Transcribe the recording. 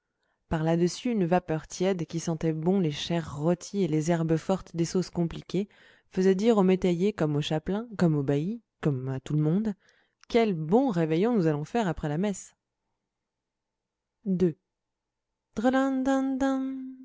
par là-dessus une vapeur tiède qui sentait bon les chairs rôties et les herbes fortes des sauces compliquées faisait dire aux métayers comme au chapelain comme au bailli comme à tout le monde quel bon réveillon nous allons faire après la messe